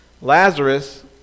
Lazarus